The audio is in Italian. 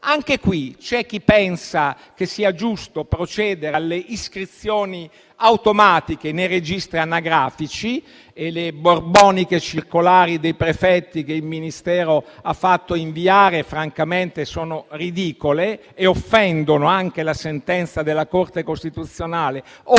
Fatelo. C'è chi pensa che sia giusto procedere alle iscrizioni automatiche nei registri anagrafici. Le borboniche circolari dei prefetti che il Ministero ha fatto inviare sono francamente ridicole e offendono anche la sentenza della Corte costituzionale,